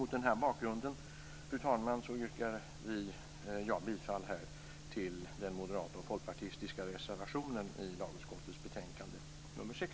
Mot den här bakgrunden yrkar jag bifall till den moderata och folkpartistiska reservationen i lagutskottets betänkande nr 6.